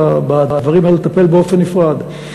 בדברים האלה צריך לטפל באופן נפרד.